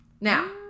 now